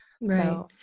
Right